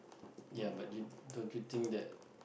ya but you don't you think that